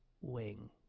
wing